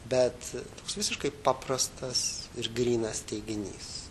bet toks visiškai paprastas ir grynas teiginys